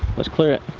let's clear it.